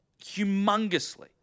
humongously